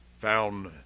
found